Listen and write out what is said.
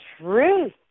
truth